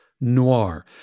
noir